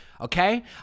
Okay